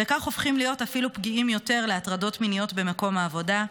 וכך הופכים להיות אפילו פגיעים יותר להטרדות מיניות במקום העבודה,